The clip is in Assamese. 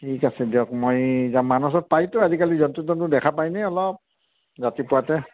ঠিক আছে দিয়ক মই যাম মানসত পায়তো আজিকালি জন্তু তন্তু দেখা পায়নে অলপ ৰাতিপুৱাতে